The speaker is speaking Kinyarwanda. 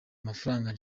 amafaranga